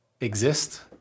exist